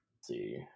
see